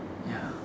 ya